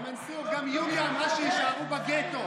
גם יוליה אמרה שיישארו בגטו.